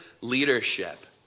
leadership